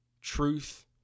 truth